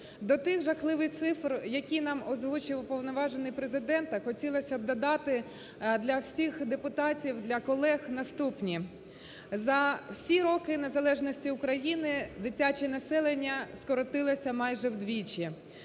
До тих жахливих цифр, які нам озвучив уповноважений Президента, хотілося б додати для всіх депутатів, для колег наступні. За всі роки незалежності України дитяче населення скоротилося майже вдвічі.